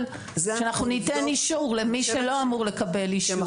שאנחנו ניתן אישור למי שלא אמור לקבל אישור.